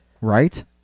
Right